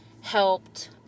helped